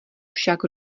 však